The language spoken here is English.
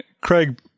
Craig